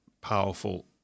powerful